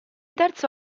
terzo